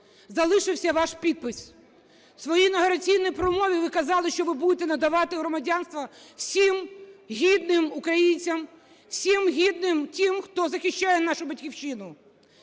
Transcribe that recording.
Залишився ваш підпис. В своїй інавгураційній промові ви казали, що ви будете надавати громадянство всім гідним українцям, всім гідним тим, хто захищає нашу Батьківщину.